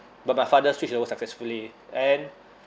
but my father switch over successfully and